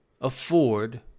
afford